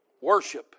Worship